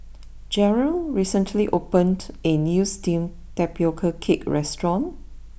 Jarrell recently opened a new Steamed Tapioca Cake restaurant